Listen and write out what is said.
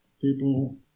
people